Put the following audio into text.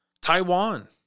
Taiwan